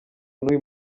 n’uyu